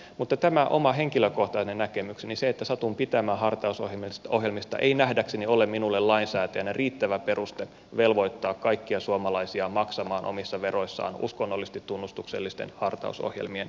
mutta tämä oma henkilökohtainen näkemykseni se että satun pitämään hartausohjelmista ei nähdäkseni ole minulle lainsäätäjänä riittävä peruste velvoittaa kaikkia suomalaisia maksamaan omissa veroissaan uskonnollisesti tunnustuksellisten hartausohjelmien lähettämisestä